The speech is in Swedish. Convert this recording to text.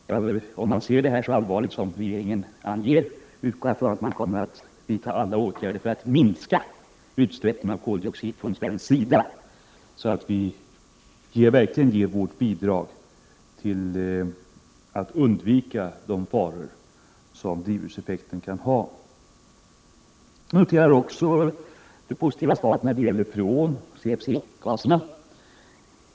Om regeringen ser drivhuseffekten så allvarligt som statsrådet anger kommer man — det utgår jag ifrån — att vidta alla åtgärder för att minska utsläppen av koldioxid från svensk sida, så att vi verkligen ger vårt bidrag till att undvika de faror som drivhuseffekten medför. Jag noterar också det positiva svaret när det gäller freon, CFC-gaserna.